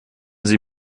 sie